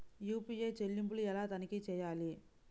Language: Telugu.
యూ.పీ.ఐ చెల్లింపులు ఎలా తనిఖీ చేయాలి?